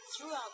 throughout